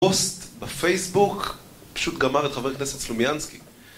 פוסט בפייסבוק פשוט גמר את חבר הכנסת סלומיינסקי